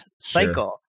cycle